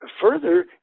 further